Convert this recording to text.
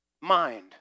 mind